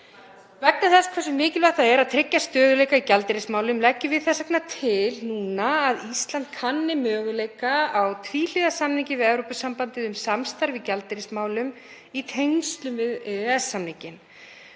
Vegna þess hversu mikilvægt það er að tryggja stöðugleika í gjaldeyrismálum leggjum við til núna að Ísland kanni möguleika á tvíhliða samningi við Evrópusambandið um samstarf í gjaldeyrismálum, í tengslum við EES-samninginn.